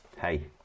hey